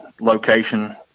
location